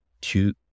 two